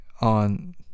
on